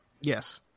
Yes